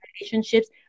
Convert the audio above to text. relationships